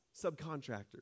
subcontractors